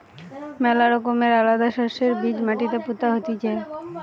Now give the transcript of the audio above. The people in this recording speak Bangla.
ম্যালা রকমের আলাদা শস্যের বীজ মাটিতে পুতা হতিছে